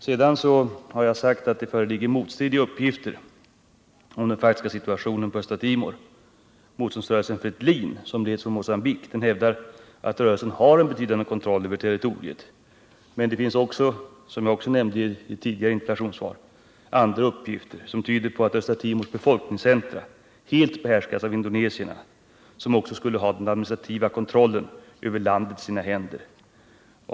Sedan har jag sagt att det föreligger motstridiga uppgifter om den faktiska situationen på Östra Timor. Motståndsrörelsen FRETILIN, som leds från Mogambique, hävdar att rörelsen har en betydande kontroll över territoriet. Men det finns — såsom jag också nämnde i mitt tidigare interpellationssvar — andra uppgifter som tyder på att Östra Timors befolkningscentra helt behärskas av indonesierna, vilka också skulle ha den administrativa kontrollen över landet i sina händer.